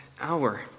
hour